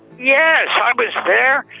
yeah so i was there,